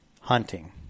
hunting